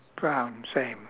brown same